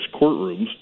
courtrooms